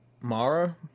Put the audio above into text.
Mara